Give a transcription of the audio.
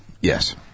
Yes